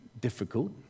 difficult